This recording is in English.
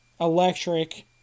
electric